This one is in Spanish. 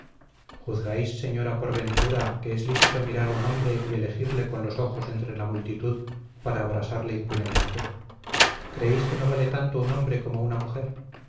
juzgáis señora por ventura que es lícito mirar a un hombre y elegirle con los ojos entre la multitud para abrasarle impunemente creéis que no vale tanto un hombre como una mujer